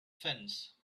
fence